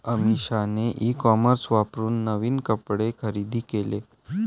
अमिषाने e commerce वापरून नवीन कपडे खरेदी केले